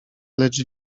lecz